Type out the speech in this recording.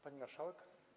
Pani Marszałek!